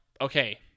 okay